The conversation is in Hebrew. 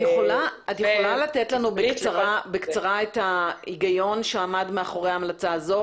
את יכולה לתת לנו בקצרה את ההיגיון שעמד מאחורי ההמלצה הזו,